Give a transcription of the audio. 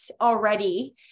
already